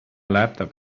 laptop